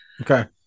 okay